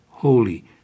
Holy